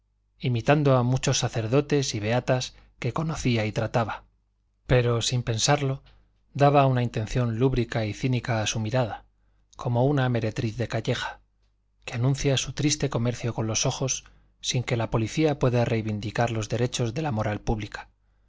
imitando a muchos sacerdotes y beatas que conocía y trataba pero sin pensarlo daba una intención lúbrica y cínica a su mirada como una meretriz de calleja que anuncia su triste comercio con los ojos sin que la policía pueda reivindicar los derechos de la moral pública